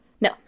no